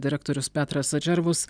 direktorius petras džervus